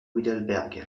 heidelberg